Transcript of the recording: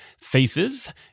Faces